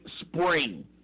Spring